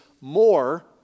more